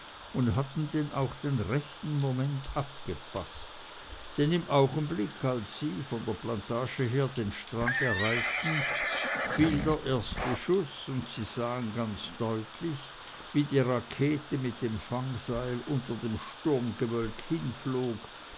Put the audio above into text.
und hatten denn auch den rechten moment abgepaßt denn im augenblick als sie von der plantage her den strand erreichten fiel der erste schuß und sie sahen ganz deutlich wie die rakete mit dem fangseil unter dem sturmgewölk hinflog